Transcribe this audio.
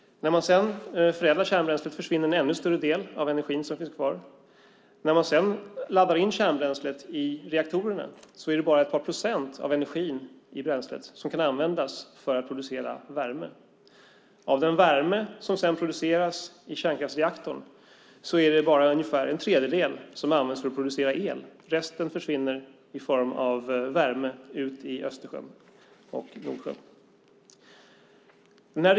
När man förädlar kärnbränslet försvinner en ännu större del av den energi som finns kvar. När man sedan laddar in kärnbränslet i reaktorerna är det bara ett par procent av energin i bränslet som kan användas för att producera värme. Av den värme som produceras i kärnkraftsreaktorn är det bara ungefär en tredjedel som används för att producera el. Resten försvinner ut i Östersjön och Nordsjön i form av värme.